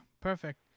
perfect